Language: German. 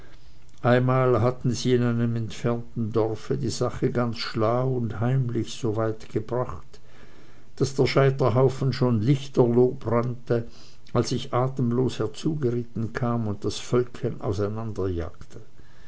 einmal hatten sie in einem entfernten dorfe die sache ganz schlau und heimlich so weit gebracht daß der scheiterhaufen schon lichterloh brannte als ich atemlos herzugeritten kam und das völkchen